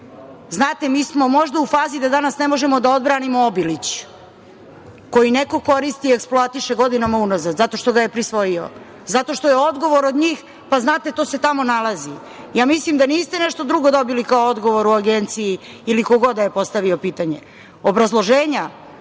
Znate, mi smo možda u fazi da danas ne možemo da odbranimo Obilić, koji neko koristi i eksploatiše godinama unazad, zato što ga je prisvojio, zato što je odgovor od njih – pa znate, to se tamo nalazi. Ja mislim da niste nešto drugo dobili kao odgovor u Agenciji, ili ko god da je postavio pitanje. Obrazloženja